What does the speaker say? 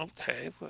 okay